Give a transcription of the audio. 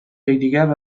یکدیگر